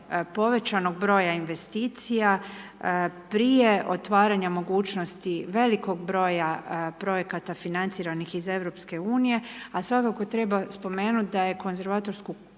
povećanog broja investicija, prije otvaranja mogućnosti velikog broja projekata financiranih iz EU a svakako treba spomenuti da je konzervatorsku službu